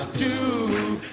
to